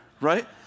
right